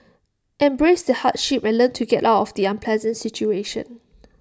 embrace the hardship and learn to get out of the unpleasant situation